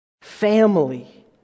Family